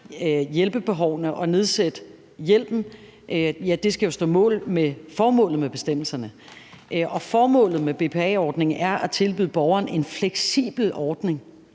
hjælpebehovene og nedsætte hjælpen, skal stå mål med formålet med bestemmelserne. Og formålet med BPA-ordningen er at tilbyde borgeren en fleksibel ordning